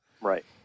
Right